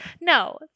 no